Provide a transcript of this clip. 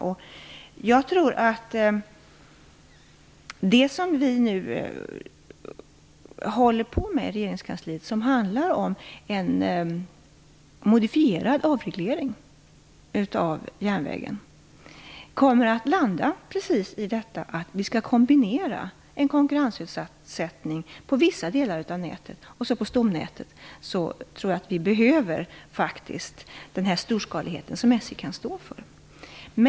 I regeringskansliet håller vi nu på att arbeta med en modifierad avreglering av järnvägen. I det arbetet kommer vi just att komma fram till att vi skall kombinera med en konkurrensutsättning på vissa delar av nätet. På stomnätet tror jag faktiskt att vi behöver den storskalighet som SJ kan stå för.